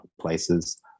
places